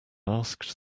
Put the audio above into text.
asked